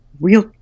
real